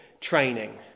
training